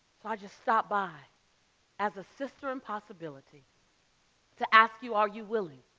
so i just stopped by as a sister impossibility to ask you, are you willing?